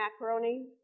macaroni